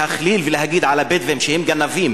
להכליל ולהגיד על הבדואים שהם גנבים